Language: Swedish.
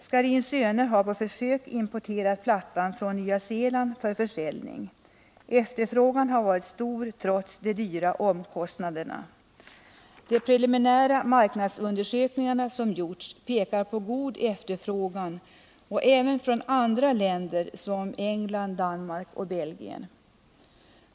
Scharins Söner har på försök importerat plattan från Nya Zeeland för försäljning. Efterfrågan har varit stor trots de stora omkostnaderna. De preliminära marknadsundersökningar som gjorts pekar på god efterfrågan även från andra länder, såsom England, Danmark och Belgien.